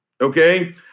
Okay